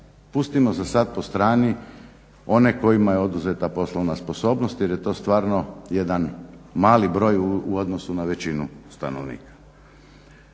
pustimo za sad po strani one kojima je oduzete poslovna sposobnost jer je to stvarno jedan mali broj u odnosu na većinu stanovnika.